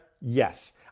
Yes